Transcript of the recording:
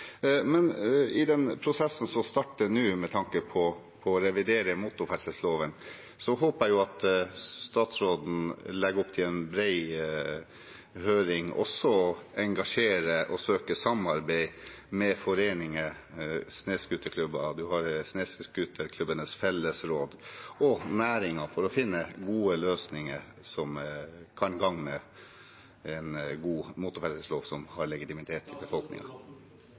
I den prosessen som starter nå med tanke på å revidere motorferdselloven, håper jeg statsråden legger opp til en bred høring og å engasjere og søke samarbeid med foreninger, snøscooterklubber, Snøscooterklubbenes Fellesråd og næringen, for å finne gode løsninger som kan gagne en god motorferdsellov som har legitimitet